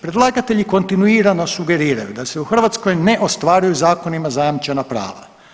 Predlagatelji kontinuirano sugeriraju da se u Hrvatskoj ne ostvaruju zakonima zajamčena prava.